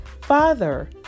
Father